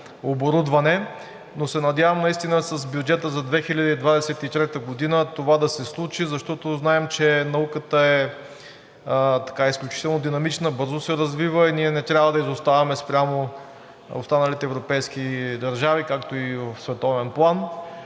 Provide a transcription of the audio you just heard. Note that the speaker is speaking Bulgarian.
но се надявам наистина с бюджета за 2023 г. това да се случи, защото знаем, че науката е изключително динамична, бързо се развива и ние не трябва да изоставаме спрямо останалите европейски държави, както и в световен план.